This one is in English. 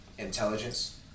intelligence